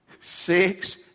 Six